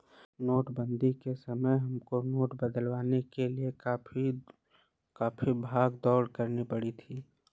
नोटबंदी के समय हमको नोट बदलवाने के लिए काफी भाग दौड़ करनी पड़ी थी